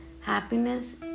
happiness